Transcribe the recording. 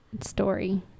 story